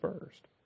first